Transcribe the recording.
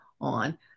on